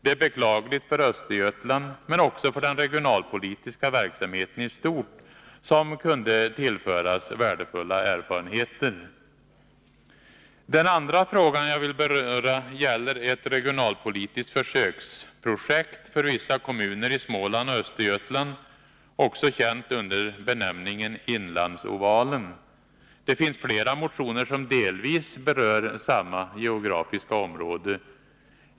Det är beklagligt för Östergötland men också för den regionalpolitiska verksamheten i stort, som kunde tillföras värdefulla erfarenheter. Det andra geografiska område som jag vill peka på är vissa kommuner i Småland och Östergötland, ett område som också är känt under benämningen Inlandsovalen. Den fråga jag vill beröra gäller ett regionalpolitiskt försöksprojekt där. Det finns flera motioner som delvis berör samma geografiska område.